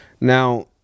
now